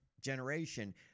generation